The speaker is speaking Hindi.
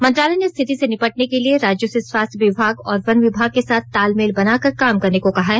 मंत्रालय ने स्थिति से निपटने के लिए राज्यों से स्वास्थ्य विभाग और वन विभाग के साथ तालमेल बना कर काम करने को कहा है